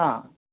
हां